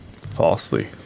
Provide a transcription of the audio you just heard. Falsely